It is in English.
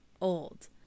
old